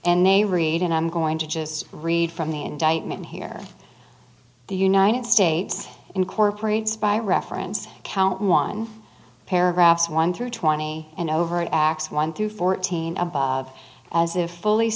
and they read and i'm going to just read from the indictment here the united states incorporates by reference count one paragraphs one through twenty and overt acts one through fourteen above as if fully